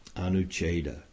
Anucheda